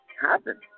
happen